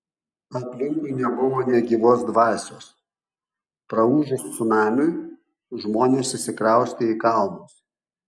aplinkui nebuvo nė gyvos dvasios praūžus cunamiui žmonės išsikraustė į kalnus